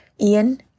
Ian